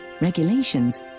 regulations